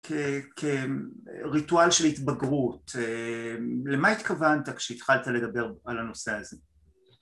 כריטואל של התבגרות. למה התכוונת כשהתחלת לדבר על הנושא הזה?